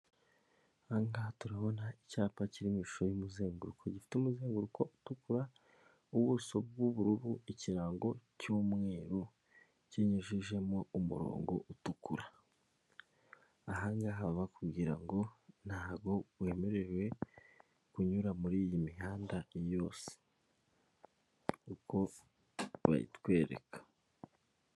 Aha ngaha turabona icyapa kiri mu ishusho y'umuzenguruko, gifite umuzenguruko utukura, ubuso bw'ubururu, ikirango cy'umweru, kinyujijemo umurongo utukura. Aha ngaha baba bakubwira ngo ntabwo wemerewe kunyura muri iyi mihanda yose; uko bayitwereka.